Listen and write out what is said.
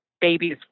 babies